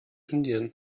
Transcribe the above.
indien